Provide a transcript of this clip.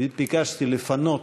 ביקשתי לפנות,